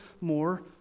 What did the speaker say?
more